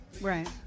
Right